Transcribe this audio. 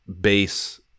base